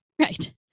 Right